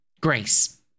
Grace